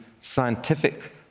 scientific